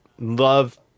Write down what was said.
love